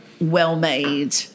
well-made